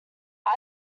our